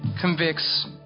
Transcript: convicts